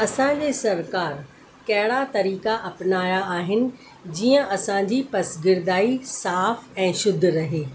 असांजी सरकारु कहिड़ा तरीक़ा अपनाया आहिनि जीअं असांजी पसगीरदाई साफ़ु ऐं शुद्ध रहे